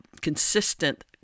consistent